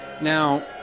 Now